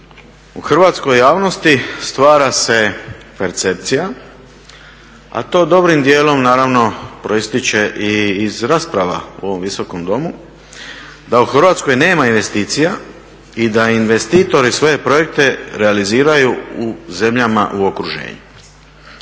U hrvatskoj javnosti stvara se percepcija a to dobrim dijelom naravno proistječe i iz rasprava u ovom Visokom domu da u Hrvatskoj nema investicija i da investitori svoje projekte realiziraju u zemljama u okruženju.